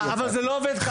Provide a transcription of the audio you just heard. אבל זה לא עובד ככה.